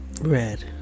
Red